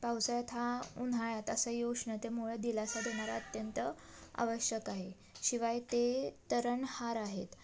पावसाळ्यात हा उन्हाळ्यात असा उष्णतेमुळे दिलासा देणारा अत्यंत आवश्यक आहे शिवाय ते तारणहार आहेत